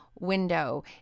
Window